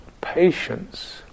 Patience